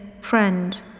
Friend